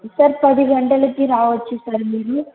sir పది గంటలకి రావచ్చు సార్ మీరు